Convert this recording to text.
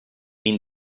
been